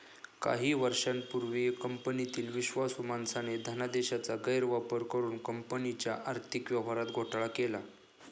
काही वर्षांपूर्वी कंपनीतील विश्वासू माणसाने धनादेशाचा गैरवापर करुन कंपनीच्या आर्थिक व्यवहारात घोटाळा केला